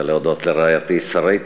אני רוצה להודות לרעייתי שרית,